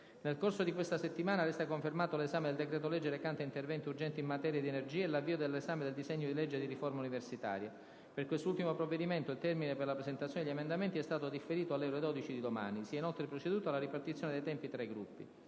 Nel corso di questa settimana resta confermato l'esame del decreto-legge recante interventi urgenti in materia di energia e l'avvio dell'esame del disegno di legge di riforma universitaria. Per quest'ultimo provvedimento, il termine per la presentazione degli emendamenti è stato differito alle ore 12 di domani. Si è inoltre proceduto alla ripartizione dei tempi tra i Gruppi.